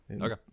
Okay